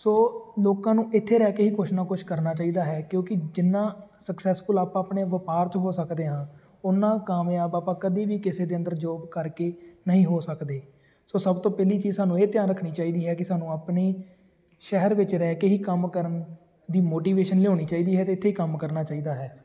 ਸੋ ਲੋਕਾਂ ਨੂੰ ਇੱਥੇ ਰਹਿ ਕੇ ਹੀ ਕੁਛ ਨਾ ਕੁਛ ਕਰਨਾ ਚਾਹੀਦਾ ਹੈ ਕਿਉਂਕਿ ਜਿੰਨਾਂ ਸਕਸੈਸਫੁੱਲ ਆਪਾਂ ਆਪਣੇ ਵਪਾਰ 'ਚ ਹੋ ਸਕਦੇ ਹਾਂ ਉਨਾਂ ਕਾਮਯਾਬ ਆਪਾਂ ਕਦੇ ਵੀ ਕਿਸੇ ਦੇ ਅੰਦਰ ਜੋਬ ਕਰਕੇ ਨਹੀਂ ਹੋ ਸਕਦੇ ਸੋ ਸਭ ਤੋਂ ਪਹਿਲੀ ਚੀਜ਼ ਸਾਨੂੰ ਇਹ ਧਿਆਨ ਰੱਖਣੀ ਚਾਹੀਦੀ ਹੈ ਕਿ ਸਾਨੂੰ ਆਪਣੀ ਸ਼ਹਿਰ ਵਿੱਚ ਰਹਿ ਕੇ ਹੀ ਕੰਮ ਕਰਨ ਦੀ ਮੋਟੀਵੇਸ਼ਨ ਲਿਆਉਣੀ ਚਾਹੀਦੀ ਹੈ ਅਤੇ ਇੱਥੇ ਹੀ ਕੰਮ ਕਰਨਾ ਚਾਹੀਦਾ ਹੈ